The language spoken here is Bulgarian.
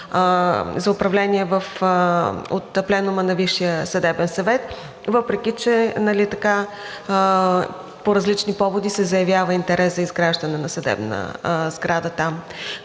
за управление от Пленума на Висшия съдебен съвет, въпреки че по различни поводи се заявява интерес за изграждане на съдебна сграда там.